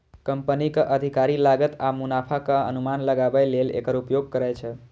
कंपनीक अधिकारी लागत आ मुनाफाक अनुमान लगाबै लेल एकर उपयोग करै छै